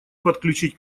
подключить